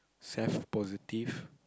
self positive